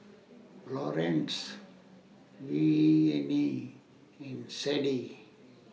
Laurance Venie and Sadie